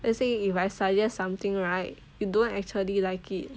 let's say if I suggest something right you don't actually like it